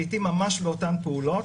לעיתים ממש באותן פעולות,